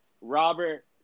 Robert –